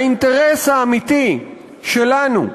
האינטרס האמיתי שלנו,